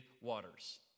waters